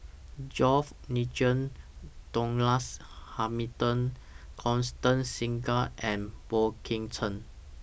George Nigel Douglas Hamilton Constance Singam and Boey Kim Cheng